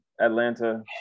Atlanta